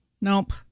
Nope